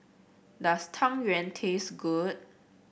does Tang Yuen taste good